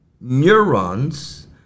neurons